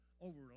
over